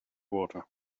water